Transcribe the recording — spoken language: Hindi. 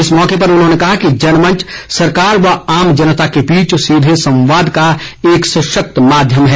इस मौके पर उन्होंने कहा कि जनमंच सरकार व आम जनता के बीच सीधे संवाद का एक सशक्त माध्यम है